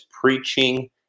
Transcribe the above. preaching